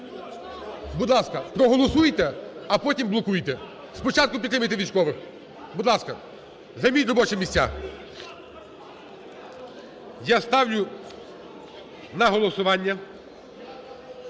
Будь ласка, проголосуйте, а потім блокуйте. Спочатку підтримайте військових. Будь ласка, займіть робочі місця. Я ставлю на голосування